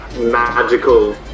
magical